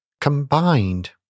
combined